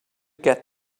get